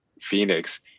Phoenix